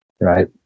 right